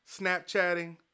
Snapchatting